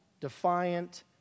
defiant